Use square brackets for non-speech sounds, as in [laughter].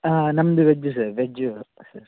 ಹಾಂ ನಮ್ದು veg sir veg [unintelligible]